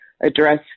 address